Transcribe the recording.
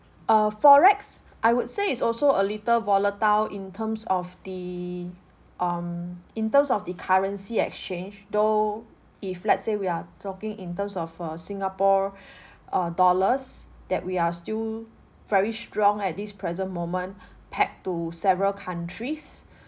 uh Forex I would say it's also a little volatile in terms of the um in terms of the currency exchange though if let's say we are talking in terms of uh singapore uh dollars that we are still very strong at this present moment pegged to several countries